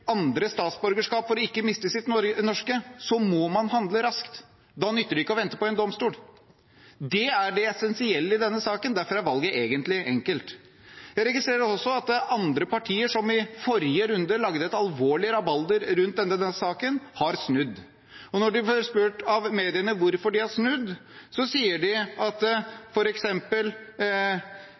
andre statsborgerskap for ikke å miste sitt norske, må man handle raskt. Da nytter det ikke å vente på en domstol. Det er det essensielle i denne saken. Derfor er valget egentlig enkelt. Jeg registrerer også at andre partier som i forrige runde lagde et alvorlig rabalder rundt denne saken, har snudd. Når de blir spurt av mediene hvorfor de har snudd, viser man f.eks. til høringen, hvor bl.a. Amnesty International har sagt at